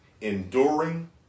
enduring